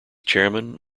chairman